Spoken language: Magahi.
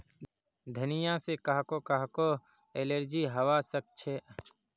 धनिया से काहको काहको एलर्जी हावा सकअछे